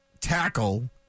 tackle